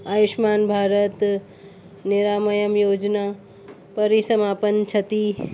आयुष्मान भारत निरामयम योजना परिसमापन क्षति